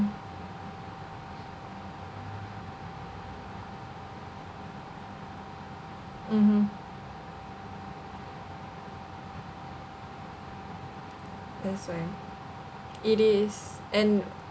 mmhmm that's why it is and